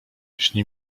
śni